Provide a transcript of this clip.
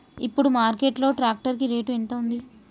ఇప్పుడు మార్కెట్ లో ట్రాక్టర్ కి రేటు ఎంత ఉంది?